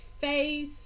face